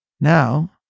Now